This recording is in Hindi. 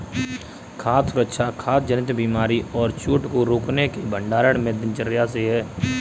खाद्य सुरक्षा खाद्य जनित बीमारी और चोट को रोकने के भंडारण में दिनचर्या से है